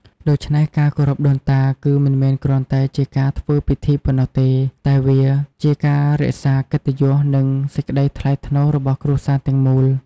ដូច្នេះ ការគោរពដូនតា គឺមិនមែនគ្រាន់តែជាការធ្វើពិធីប៉ុណ្ណោះទេ តែវាជាការរក្សាកិត្តិយស និងសេចក្ដីថ្លៃថ្នូររបស់គ្រួសារទាំងមូល។